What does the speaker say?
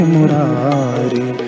Murari